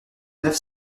neuf